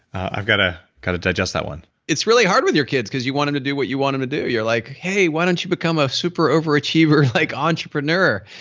i've got to got to digest that one it's really hard with your kids because you want them to do what you want them to do you're like, hey, why don't you become a super overachiever like entrepreneur.